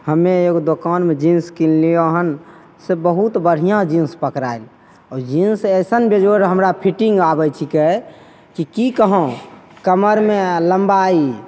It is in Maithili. हम्मे एगो दोकानमे जिन्स किनलियो हनसे बहुत बढ़िआँ जिन्स पकड़ा गेल जिन्स अइसन बेजोड़ हमरा फिटिंग आबय छिकय कि की कहौं कमरमे आओर लम्बाइ